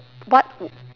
what w~